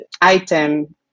item